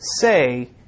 say